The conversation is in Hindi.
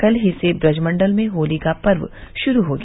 कल ही से ब्रजमण्डल में होली का पर्व शुरू हो गया